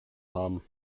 haben